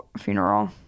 funeral